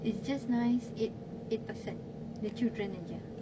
it's just nice eight eight person the children saja